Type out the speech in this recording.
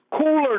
cooler